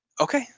Okay